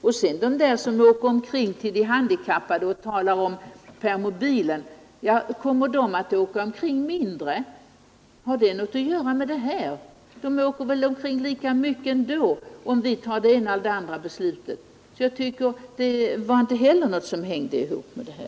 Beträffande de där människorna som åker omkring till de handikappade och talar om permobilen undrar jag bara om de kommer att åka omkring mindre efter ett beslut enligt majoriteten här i riksdagen. Har det något med frågan att göra? De åker väl omkring lika mycket, oavsett om vi här fattar det ena eller det andra beslutet.